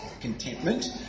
contentment